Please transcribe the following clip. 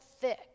thick